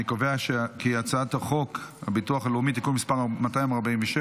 אני קובע כי הצעת חוק הביטוח הלאומי (תיקון מס' 247),